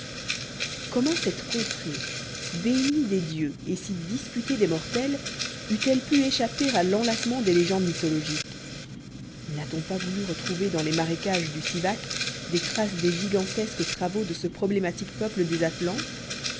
comment cette contrée bénie des dieux et disputée des mortels eût-elle pu échapper à l'enlacement des légendes mythologiques n'a-t-on pas voulu retrouver dans les marécages du sivach des traces des gigantesques travaux de ce problématique peuple des atlantes